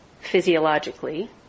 physiologically